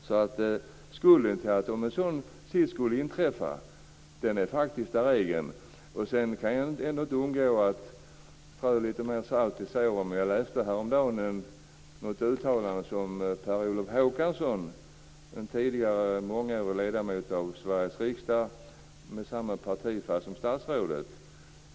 Jag kan inte underlåta att strö lite mer salt i såren. Jag läste häromdagen ett uttalande av Per Olof Håkansson, en tidigare mångårig ledamot av Sveriges riksdag med samma partifärg som statsrådet.